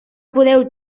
podeu